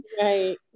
right